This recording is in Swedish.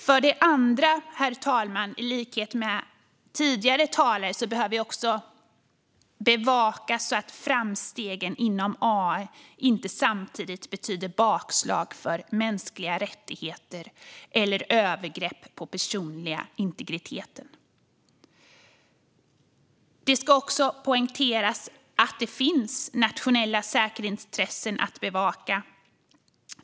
För det andra, herr talman, i likhet med vad tidigare talare har sagt, behöver framstegen inom AI bevakas så att de inte samtidigt betyder bakslag för mänskliga rättigheter eller övergrepp på den personliga integriteten. Det ska också poängteras att det finns nationella säkerhetsintressen att bevaka.